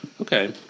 Okay